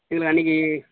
இதில் அன்னைக்கு